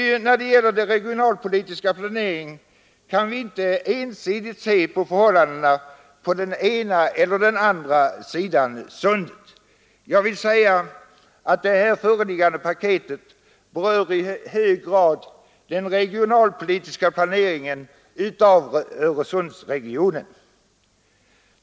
När det gäller den regionalpolitiska planeringen kan vi inte ensidigt se på förhållandena på den ena eller andra sidan av sundet. Det här föreliggande paketet berör i hög grad den regionalpolitiska planeringen av Öresundsregionen.